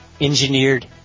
engineered